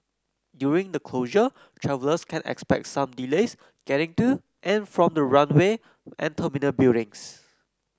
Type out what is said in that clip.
during the closure travellers can expect some delays getting to and from the runway and terminal buildings